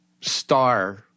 star